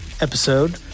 episode